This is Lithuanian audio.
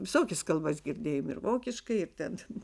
visokias kalbas girdėjom ir vokiškai ir ten